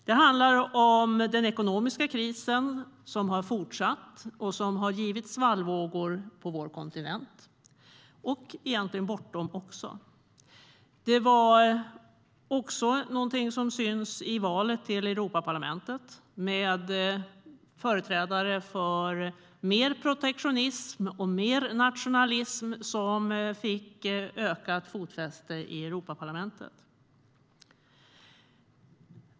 Det handlar om att den ekonomiska krisen har fortsatt och givit svallvågor på vår kontinent och egentligen också bortom den. Det var också någonting som syntes i valet till Europaparlamentet med företrädare för mer protektionism och mer nationalism som fick ökat fotfäste i Europaparlamentet.